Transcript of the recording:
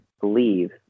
believe